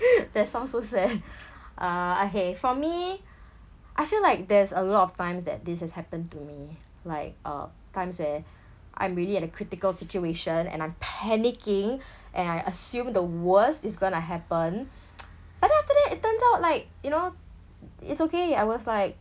that sound so sad uh okay for me I feel like there's a lot of times that this has happened to me like uh times where I'm really at a critical situation and I'm panicking and I assume the worst is gonna happen but then after that it turns out like you know it's okay I was like